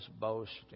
boasting